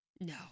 No